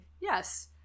Yes